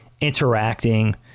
interacting